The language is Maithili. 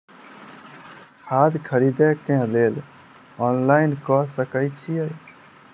खाद खरीदे केँ लेल ऑनलाइन कऽ सकय छीयै?